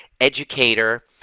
educator